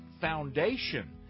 Foundation